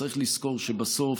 צריך לזכור שבסוף